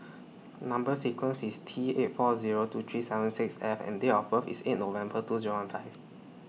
Number sequence IS T eight four Zero two three seven six F and Date of birth IS eight November two Zero one five